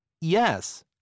Yes